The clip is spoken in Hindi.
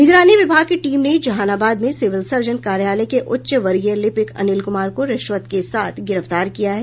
निगरानी विभाग की टीम ने जहानाबाद में सिविल सर्जन कार्यालय के उच्च वर्गीय लिपिक अनिल कुमार को रिश्वत के साथ गिरफ्तार किया है